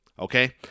Okay